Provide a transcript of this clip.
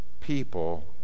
people